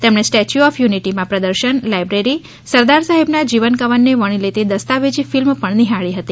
તેમણે statue of યુનિટીમાં પ્રદર્શન લાયબ્રેરી સરદાર સાહેબના જીવન કવનને વણી લેતી દસ્તાવેજી ફિલ્મ પણ નિહાળી હતી